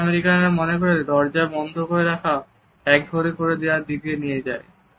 যদিও আমেরিকানরা মনে করে দরজা বন্ধ রাখা একঘরে করে দেওয়ার দিকে নিয়ে যায়